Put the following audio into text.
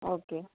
okay